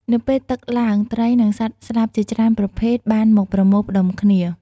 នៅពេលទឹកឡើង ត្រី និងសត្វស្លាបជាច្រើនប្រភេទបានមកប្រមូលផ្តុំគ្នា។